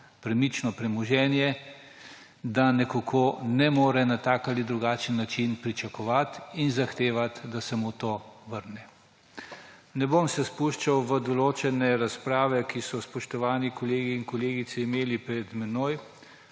premično premoženje, da nekako ne more na tak ali drugačen način pričakovati in zahtevati, da se mu to vrne. Ne bom se spuščal v določene razprave, ki so jih spoštovani kolegi in kolegice imeli pred menoj,